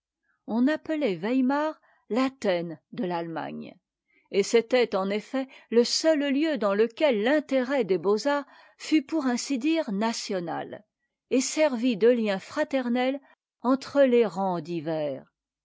on appelait weimar l'athènes de l'allemagne et c'était en effet le seul lieu dans lequel l'intérêt des beaux-arts fût pour ainsi dire national et servît de lien fraternel entre les rangs divers